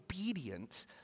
obedient